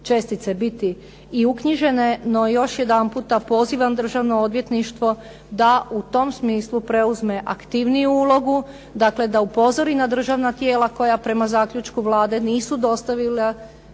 čestice biti i uknjižene. No još jedanputa pozivam Državno odvjetništvo da u tom smislu preuzme aktivniju ulogu, dakle da upozori na državna tijela koja prema zaključku Vlade nisu dostavile